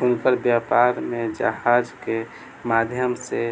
हुनकर व्यापार में जहाज के माध्यम सॅ